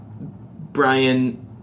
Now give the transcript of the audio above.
Brian